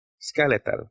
Skeletal